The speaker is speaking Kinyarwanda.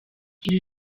ibi